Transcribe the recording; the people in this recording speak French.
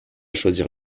choisir